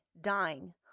dying